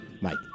Mike